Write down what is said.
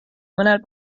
mõnel